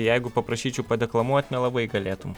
jeigu paprašyčiau padeklamuot nelabai galėtum